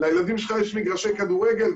לילדים שלך יש מגרשי כדורגל?